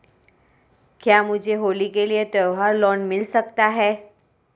क्या मुझे होली के लिए त्यौहार लोंन मिल सकता है?